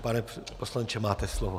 Pane poslanče, máte slovo.